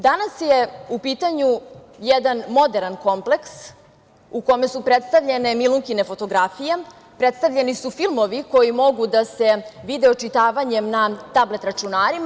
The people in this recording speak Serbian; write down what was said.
Danas je u pitanju jedan moderan kompleks u kome su predstavljene Milunkine fotografije, predstavljeni su filmovi koji mogu da se vide očitavanjem na tablet računarima.